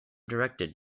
directed